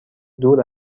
دور